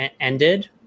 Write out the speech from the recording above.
ended